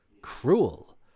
cruel